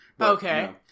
Okay